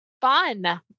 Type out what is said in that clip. fun